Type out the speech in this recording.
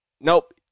Nope